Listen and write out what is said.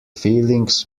feelings